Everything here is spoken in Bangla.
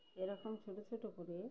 এরকম ছোট ছোট করে